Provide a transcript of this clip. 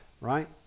right